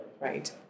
right